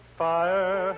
fire